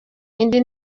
indi